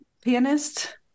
pianist